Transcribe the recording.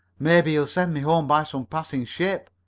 maybe he'll send me home by some passing ship,